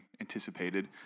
anticipated